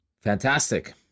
Fantastic